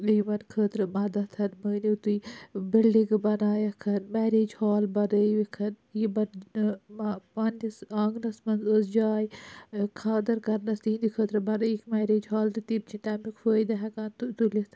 یِمَن خٲطرٕ مَدَتھ مٲنِیو تُہۍ بِلڈِنٛگہٕ بَنایکھ میریج ہال بَنٲوِکھ یِمَن پَنٕنِس آنٛگنَس منٛز ٲس جاے یا خانٛدَر کَرنَس تِہٕنٛدِ خٲطرٕ بَنٲیِکھ میریج ہال تہٕ تِم چھِ تمیُک فٲیدٕ ہیٚکان تُلِتھ